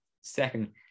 Second